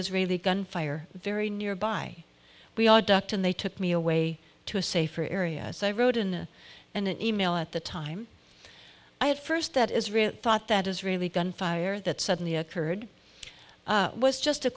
israeli gunfire very nearby we are ducked and they took me away to a safer area so i wrote in an e mail at the time i had first that israel thought that israeli gunfire that suddenly occurred was just a